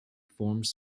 forms